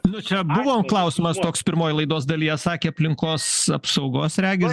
nu čia buvo klausimas toks pirmoj laidos dalyje sakė aplinkos apsaugos regis